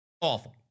Awful